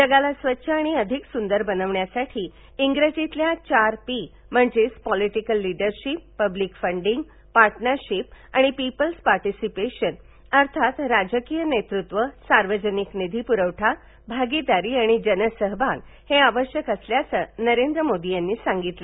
जगाला स्वच्छ आणि अधिक सुंदर बनवण्यासाठी इंग्रजीतल्या चार पी म्हणजे political leadership public funding partnership आणि पीपल्स पा ींसीपेशन अर्थात राजकीय नेतृत्व सार्वजनिक निधी पुरवठा भागीदारी आणि जन सहभाग हे आवश्यक असल्याचं नरेंद्र मोदी यांनी सांगितलं